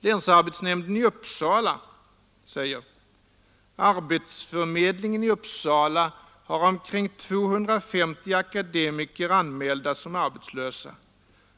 Länsarbetsnämnden i Uppsala: Arbetsförmedlingen i Uppsala har omkring 250 akademiker anmälda som arbetslösa.